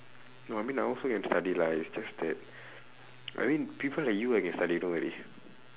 no I mean I also can study lah it's just that I mean people like you I can study don't worry